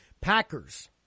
Packers